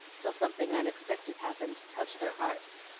till something unexpected happened to touch their hearts,